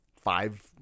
five